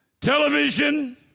television